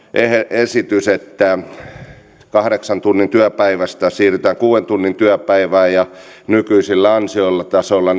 esitys että kahdeksan tunnin työpäivästä siirrytään kuuden tunnin työpäivään ja nykyisellä ansiotasolla